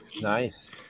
Nice